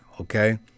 okay